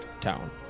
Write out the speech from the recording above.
town